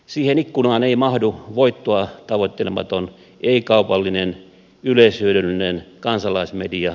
siihen ikkunaan ei mahdu voittoa tavoittelematon ei kaupallinen yleishyödyllinen kansalaismedia